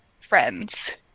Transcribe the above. friends